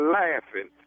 laughing